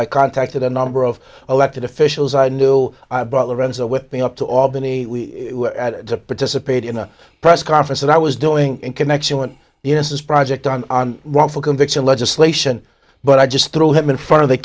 i contacted a number of elected officials i knew i brought lorenzo whipping up to albany to participate in a press conference that i was doing in connection with the innocence project on wrongful conviction legislation but i just threw him in front of the